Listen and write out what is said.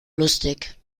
lustig